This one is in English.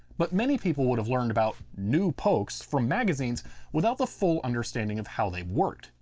but many people would have learned about new pokes from magazines without the full understanding of how they worked.